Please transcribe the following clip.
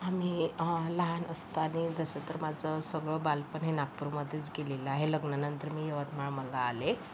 आम्ही लहान असताना जसं तर माझं सगळं बालपण हे नागपूरमध्येच गेलेलं आहे लग्नानंतर मी यवतमाळला आले